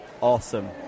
Awesome